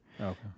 Okay